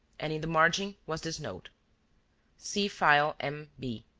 and in the margin was this note see file m. b.